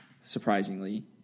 surprisingly